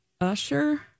Usher